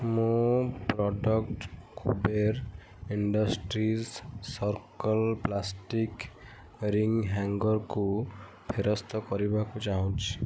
ମୁଁ product Kuber industries circle plastic ring ହ୍ୟାଙ୍ଗର୍କୁ ଫେରସ୍ତ କରିବାକୁ ଚାହୁଁଛି